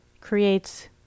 creates